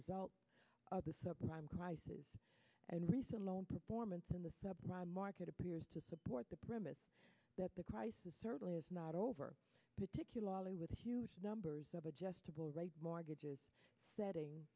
result of the prime crisis and recent loan performance in the subprime market appears to support the premise that the crisis certainly is not over particularly with the numbers of adjustable rate mortgages setting